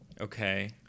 Okay